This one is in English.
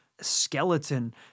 skeleton